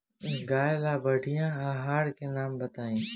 गाय ला बढ़िया आहार के नाम बताई?